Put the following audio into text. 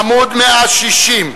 עמוד 160,